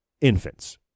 infants